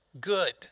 good